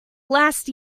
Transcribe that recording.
last